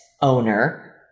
owner